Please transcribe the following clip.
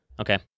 Okay